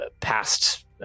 past